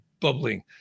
bubbling